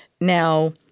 Now